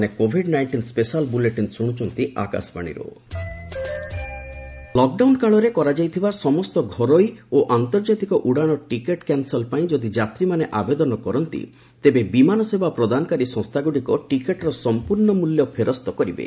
airlines refund lockdown କାଳରେ କରାଯାଇଥିବା ସମସ୍ତ ଘରୋଇ ଓ ଆନ୍ତର୍ଜାତିକ ଉଡ଼ାଣ ଟିକେଟ୍ କ୍ୟାନସଲ ପାଇଁ ଯଦି ଯାତ୍ରୀମାନେ ଆବେଦନ କରନ୍ତି ତେବେ ବିମାନସେବା ପ୍ରଦାନକାରୀ ସଂସ୍ଥାଗୁଡ଼ିକ ଟିକେଟ୍ର ସମ୍ପୂର୍ଣ୍ଣ ମୂଲ୍ୟ ଫେରସ୍ତ କରିବେ